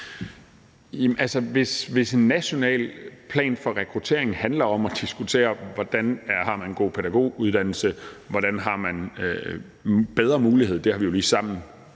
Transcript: Hvis en national plan for rekruttering handler om at diskutere, hvordan man har en god pædagoguddannelse, hvordan man har bedre mulighed for – og det har vi jo lige sammen